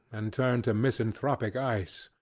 and turned to misanthropic ice.